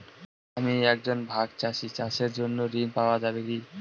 আমি একজন ভাগ চাষি চাষের জন্য ঋণ পাওয়া যাবে কি?